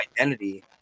identity